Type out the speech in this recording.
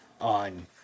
on